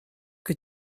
que